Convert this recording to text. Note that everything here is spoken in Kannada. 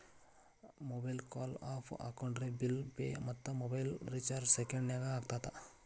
ಮೊಬೈಕ್ವಾಕ್ ಆಪ್ ಹಾಕೊಂಡ್ರೆ ಬಿಲ್ ಪೆ ಮತ್ತ ಮೊಬೈಲ್ ರಿಚಾರ್ಜ್ ಸೆಕೆಂಡನ್ಯಾಗ ಆಗತ್ತ